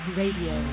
radio